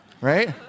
Right